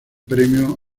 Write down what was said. premio